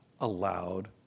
allowed